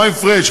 מה עם פריג'?